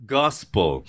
gospel